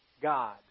God